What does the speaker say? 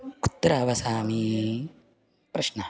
कुत्र वसामि प्रश्नः